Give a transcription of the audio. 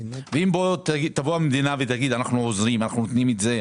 אם תבוא המדינה ותגיד: "אנחנו עוזרים לכם,